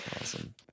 Awesome